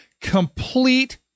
Complete